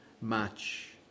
match